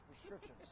prescriptions